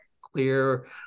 clear